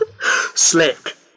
slick